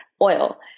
oil